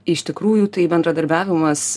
iš tikrųjų tai bendradarbiavimas